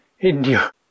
India